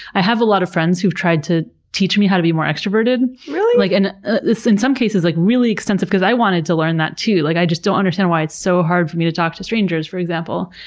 i have a lot of friends who've tried to teach me how to be more extroverted. really? like and in some cases like really extensive, because i wanted to learn that, too. like i just don't understand why it's so hard for me to talk to strangers, for example.